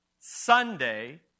Sunday